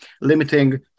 limiting